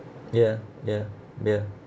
ya ya ya